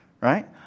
Right